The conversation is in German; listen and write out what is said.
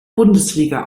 bundesliga